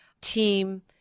team